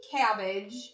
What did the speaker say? cabbage